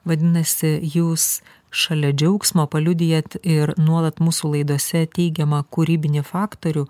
vadinasi jūs šalia džiaugsmo paliudijat ir nuolat mūsų laidose teigiamą kūrybinį faktorių